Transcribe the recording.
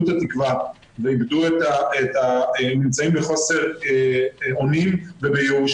את התקווה ונמצאים בחוסר אונים ובייאוש,